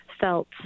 felt